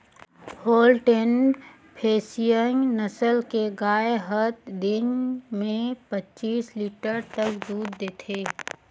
Holstein Friesian नसल के गाय हत दिन में पच्चीस लीटर तक दूद देथे